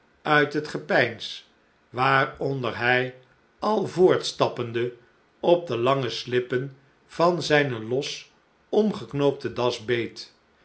uit het gepeins waaronder hij al voortstappende op de lange slippen van zijne los omgeknoopte das beet